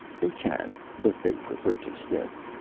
they can, but they prefer to stick.